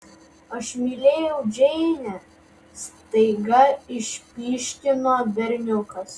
aš mylėjau džeinę staiga išpyškino berniukas